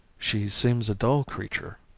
she seems a dull creature,